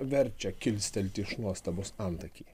verčia kilstelti iš nuostabos antakį